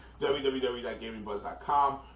www.gamingbuzz.com